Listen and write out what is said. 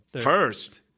First